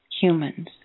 humans